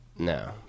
No